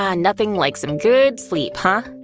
um nothing like some good sleep, huh?